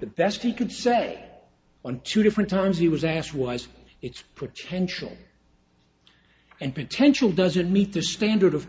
the best he could say on two different times he was asked why is its potential and potential doesn't meet the standard of